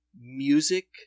music